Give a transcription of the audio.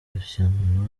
irushanywa